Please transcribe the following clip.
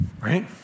right